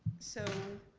so,